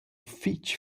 fich